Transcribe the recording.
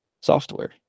software